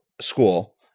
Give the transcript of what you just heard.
school